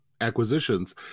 acquisitions